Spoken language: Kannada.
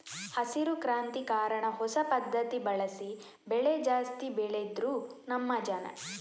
ಹಸಿರು ಕ್ರಾಂತಿ ಕಾರಣ ಹೊಸ ಪದ್ಧತಿ ಬಳಸಿ ಬೆಳೆ ಜಾಸ್ತಿ ಬೆಳೆದ್ರು ನಮ್ಮ ಜನ